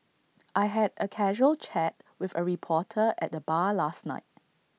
I had A casual chat with A reporter at the bar last night